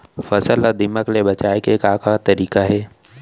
फसल ला दीमक ले बचाये के का का तरीका हे?